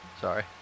Sorry